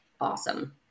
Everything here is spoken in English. awesome